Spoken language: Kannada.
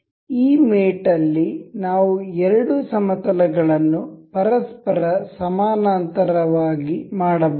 ಈ ಮೇಟ್ ಅಲ್ಲಿ ನಾವು ಎರಡು ಸಮತಲಗಳನ್ನು ಪರಸ್ಪರ ಸಮಾನಾಂತರ ಆಗಿ ಮಾಡಬಹುದು